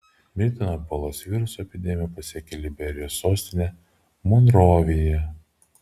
mirtino ebolos viruso epidemija pasiekė liberijos sostinę monroviją